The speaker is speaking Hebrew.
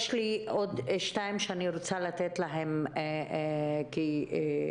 יש עוד שתיים שאני רוצה לתת להן לדבר: